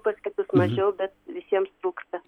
pas kitus mažiau bet visiems trūksta